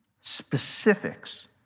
Specifics